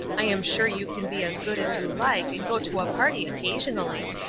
i'm sure you can be as good as you like, and go to a party occasionally.